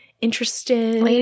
interested